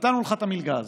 נתנו לך את המלגה הזאת.